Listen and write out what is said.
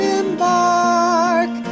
embark